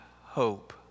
hope